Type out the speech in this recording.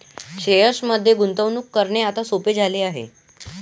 शेअर्समध्ये गुंतवणूक करणे आता सोपे झाले आहे